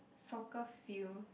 soccer field